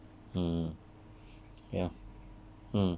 mm ya mm